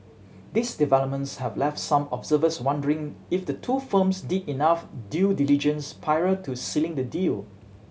these developments have left some observers wondering if the two firms did enough due diligence prior to sealing the deal